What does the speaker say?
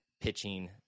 pitching